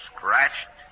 Scratched